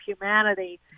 humanity